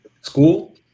School